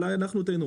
אולי אנחנו טעינו.